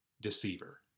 deceiver